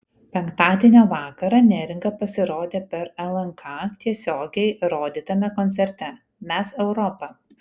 penktadienio vakarą neringa pasirodė per lnk tiesiogiai rodytame koncerte mes europa